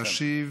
תשיב